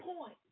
point